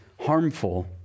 harmful